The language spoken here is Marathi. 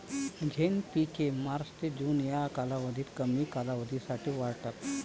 झैद पिके मार्च ते जून या कालावधीत कमी कालावधीसाठी वाढतात